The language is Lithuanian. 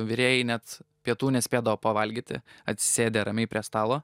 virėjai net pietų nespėdavo pavalgyti atsisėdę ramiai prie stalo